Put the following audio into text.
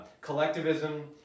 Collectivism